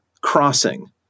Crossing